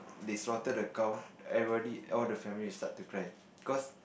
they slaughter the cow everybody all the family will start to cry cos